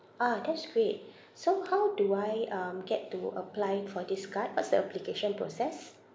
ah that's great so how do I um get to apply for this card what's the application process